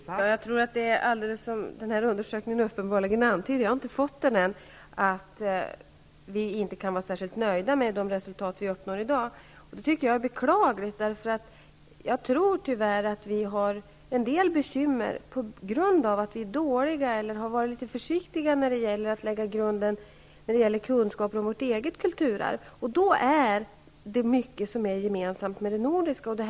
Fru talman! Jag tror att det är precis på det sättet som antyds i denna undersökning -- jag har emellertid inte fått den än -- att vi inte kan vara särskilt nöjda med de resultat som uppnås i dag. Detta är beklagligt, eftersom jag tyvärr tror att vi har en del bekymmer på grund av att vi är dåliga eller har varit litet försiktiga när det har gällt att lägga grunden till kunskaper om vårt eget kulturarv. Då är det mycket som är gemensamt med det nordiska.